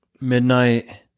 midnight